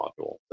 module